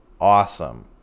awesome